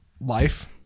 life